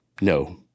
No